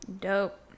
Dope